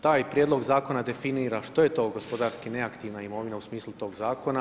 Taj prijedlog zakona, definira, što je to gospodarski neaktivna imovina, u smislu tog zakona.